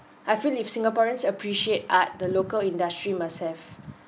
I feel if singaporeans appreciate art the local industry must have